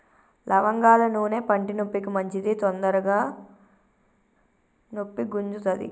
లవంగాల నూనె పంటి నొప్పికి మంచిది తొందరగ నొప్పి గుంజుతది